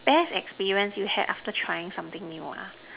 best experience you had after trying something new ah